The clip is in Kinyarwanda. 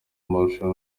marushanwa